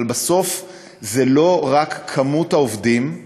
אבל בסוף זה לא רק כמות העובדים,